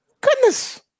Goodness